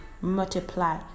multiply